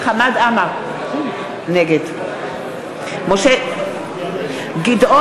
נגד חמד עמאר, נגד משה זלמן